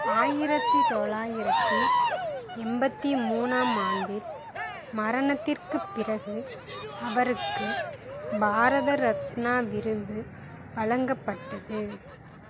ஆயிரத்து தொள்ளாயிரத்து எண்பத்தி மூணாம் ஆண்டில் மரணத்திற்கு பிறகு அவருக்கு பாரத ரத்னா விருது வழங்கப்பட்டது